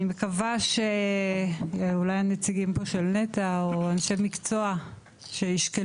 אני מקווה שגם שאולי הנציגים פה של נת"ע או אנשי מקצוע שישקלו,